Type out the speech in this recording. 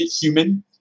human